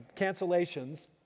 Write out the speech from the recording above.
cancellations